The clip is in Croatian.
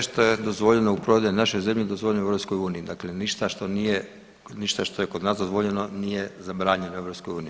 Sve što je dozvoljeno u prodaji u našoj zemlji dozvoljeno je u EU, dakle ništa što nije, ništa što je kod nas dozvoljeno nije zabranjeno u EU.